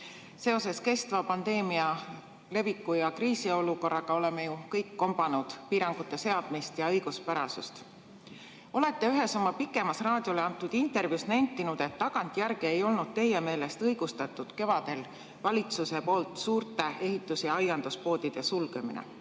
Seoses kestva pandeemia leviku ja kriisiolukorraga oleme ju kõik kombanud piirangute seadmist ja õiguspärasust. Olete ühes oma pikemas raadiole antud intervjuus nentinud, et tagantjärgi ei olnud teie meelest õigustatud kevadel valitsuse poolt suurte ehitus- ja aianduspoodide sulgemine.